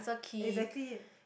exactly